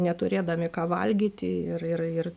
neturėdami ką valgyti ir ir ir